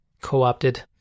co-opted